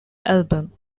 album